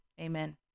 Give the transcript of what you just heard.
Amen